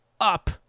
up